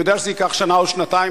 אני יודע שזה ייקח שנה או שנתיים,